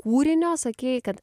kūrinio sakei kad